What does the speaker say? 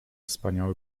wspaniały